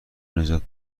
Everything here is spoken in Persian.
نجات